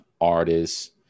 artists